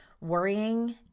worrying